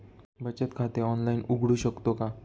बचत खाते ऑनलाइन उघडू शकतो का?